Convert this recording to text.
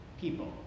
people